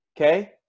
okay